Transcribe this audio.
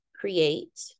create